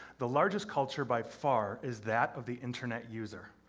the largest culture by far is that of the internet user.